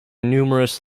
numerous